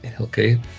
okay